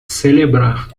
celebrar